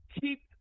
keep